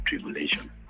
tribulation